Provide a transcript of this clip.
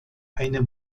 eine